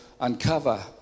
uncover